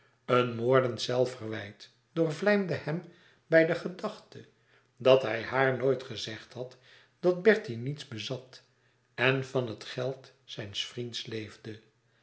een moordend zelfverwijt doorvlijmde hem bij de gedachte dat hij haar nooit gezegd had dat bertie niets bezat en van het geld zijns vriends leefde